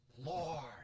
Lord